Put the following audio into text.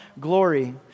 glory